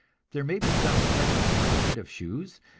there may be some special kind of shoes,